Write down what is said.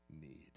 need